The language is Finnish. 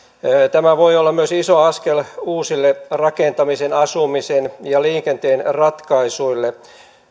tämä voi myös olla iso askel uusille rakentamisen asumisen ja liikenteen ratkaisuille